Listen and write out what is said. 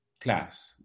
class